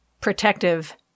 protective